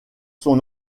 son